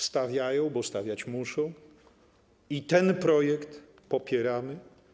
Stawiają, bo stawiać muszą, i ten projekt popieramy.